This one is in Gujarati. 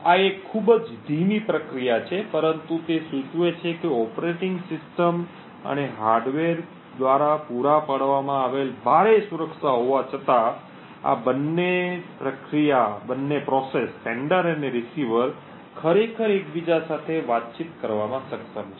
આ એક ખૂબ જ ધીમી પ્રક્રિયા છે પરંતુ તે સૂચવે છે કે ઓપરેટિંગ સિસ્ટમ અને હાર્ડવેર દ્વારા પૂરા પાડવામાં આવેલ ભારે સુરક્ષા હોવા છતાં આ બંને પ્રક્રિયા પ્રેષક અને રીસીવર ખરેખર એકબીજા સાથે વાતચીત કરવામાં સક્ષમ છે